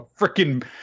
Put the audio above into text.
freaking